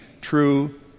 true